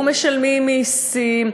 ומשלמים מסים,